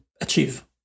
achieve